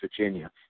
Virginia